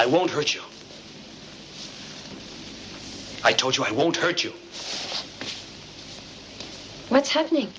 i won't hurt you i told you i won't hurt you what's happening